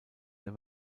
der